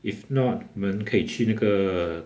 if not 我们可以去那个